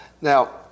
Now